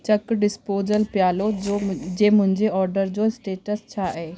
चक डिस्पोजल प्यालो जो जे मुंहिंजे ऑडर जो स्टेटस छा आहे